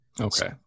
Okay